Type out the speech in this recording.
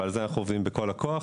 ועל זה אנחנו עובדים בכל הכוח,